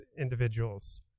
individuals